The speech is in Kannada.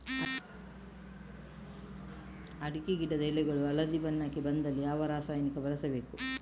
ಅಡಿಕೆ ಗಿಡದ ಎಳೆಗಳು ಹಳದಿ ಬಣ್ಣಕ್ಕೆ ಬಂದಲ್ಲಿ ಯಾವ ರಾಸಾಯನಿಕ ಬಳಸಬೇಕು?